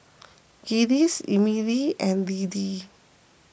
Giles Emilee and Lidie